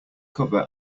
cover